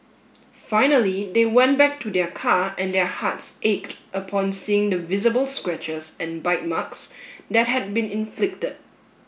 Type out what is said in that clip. finally they went back to their car and their hearts ached upon seeing the visible scratches and bite marks that had been inflicted